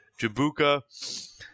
Jabuka